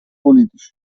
politici